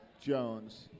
Jones